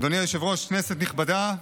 אדוני היושב-ראש, כנסת נכבדה,